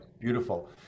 beautiful